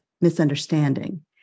misunderstanding